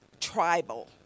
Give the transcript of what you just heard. tribal